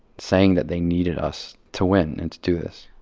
saying that they needed us to win and to do this.